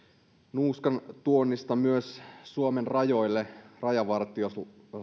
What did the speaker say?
nuuskan tuonnista myös kertyy suomen rajoille rajavartijoille